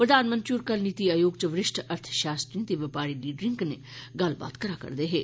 प्रघानमंत्री होर कल नीति आयोग च वरिष्ठ अर्थशास्त्रिएं ते बपारी लीडरें कन्नै गल्लबात करा'रदे हे